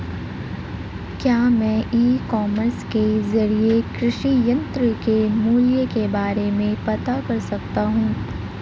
क्या मैं e commerce के ज़रिए कृषि यंत्र के मूल्य के बारे में पता कर सकता हूँ?